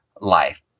life